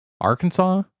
Arkansas